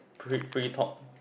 fr~ free talk